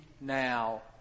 now